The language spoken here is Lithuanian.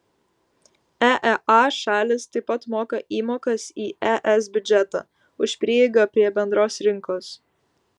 eea šalys taip pat moka įmokas į es biudžetą už prieigą prie bendros rinkos